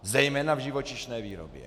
Zejména v živočišné výrobě.